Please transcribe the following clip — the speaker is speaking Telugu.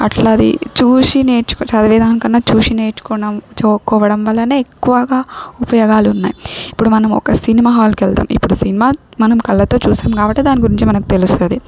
అట్లది చూసి నేర్చు చదివే దానికన్నా చూషి నేర్చుకున్నాం చదువుకోవడం వల్లనే ఎక్కువగా ఉపయోగాలున్నాయి ఇప్పుడు మనం ఒక సినిమా హాల్కు వెళ్తాం ఇప్పుడు సినిమా మనం కళ్ళతో చూశాం కాబట్టి దాని గురించి మనకు తెలుస్తుంది